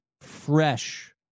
fresh